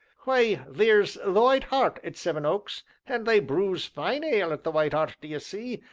why, theer's the white hart at sevenoaks, an' they brews fine ale at the white hart d'ye see,